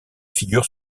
figure